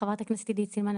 חברת הכנסת עידית סילמן,